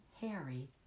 Harry